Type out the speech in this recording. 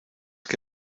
que